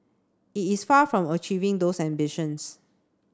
it is far from achieving those ambitions